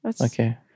Okay